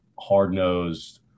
hard-nosed –